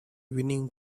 winning